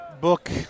book